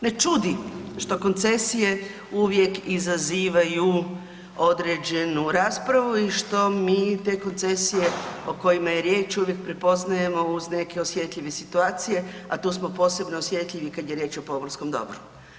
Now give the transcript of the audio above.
Ne čudi što koncesije uvijek izazivaju određenu raspravu i što mi te koncesije o kojima je riječ, uvijek prepoznajemo uz neke osjetljive situacije a tu smo posebno osjetljivi o pomorskom dobru.